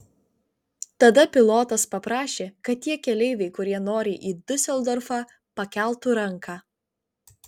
tada pilotas paprašė kad tie keleiviai kurie nori į diuseldorfą pakeltų ranką